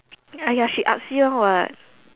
!aiya! she artsy one what